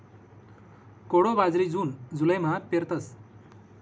कोडो बाजरी जून जुलैमा पेरतस